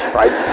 right